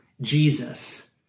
Jesus